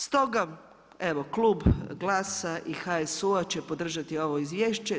Stoga, evo Klub GLAS-a i HSU-a će podržati ovo izvješće.